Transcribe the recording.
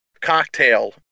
cocktail